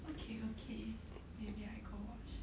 okay okay maybe I go watch